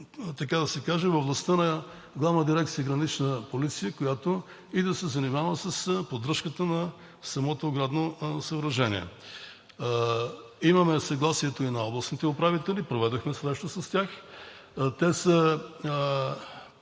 „Гранична полиция“, която да се занимава и с поддръжката на самото оградно съоръжение. Имаме съгласието и на областните управители, проведохме срещи с тях. Те са